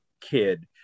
kid